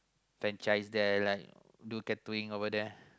franchise there like do tattooing over there